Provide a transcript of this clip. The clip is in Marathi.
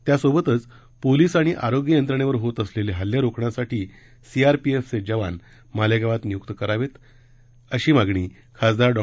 त्यासोबतच पोलिस आणि आरोग्य यंत्रणेवर होत असलेले हल्ले रोखण्यासाठी सीआरपीएफचे जवान मालेगांवात नियुक्त करावेत अशी मागणी खासदार डॉ